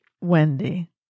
Wendy